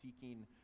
seeking